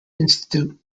institute